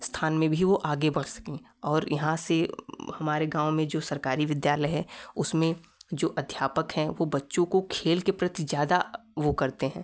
स्थान में भी वो आगे बढ़ सकें और यहाँ से हमारे गाँव में सरकारी विद्यालय है उसमें जो अध्यापक है वो बच्चों को खेल के प्रति ज़्यादा वह करते हैं